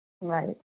Right